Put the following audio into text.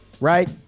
right